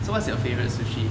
so what's your favorite sushi